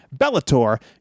Bellator